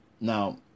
Now